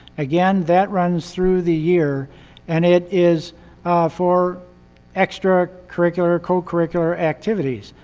again, that runs through the year and it is for extra curricular, co-curricular activities.